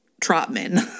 Trotman